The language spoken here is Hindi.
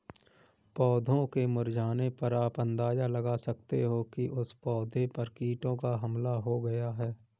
पौधों के मुरझाने पर आप अंदाजा लगा सकते हो कि उस पौधे पर कीटों का हमला हो गया है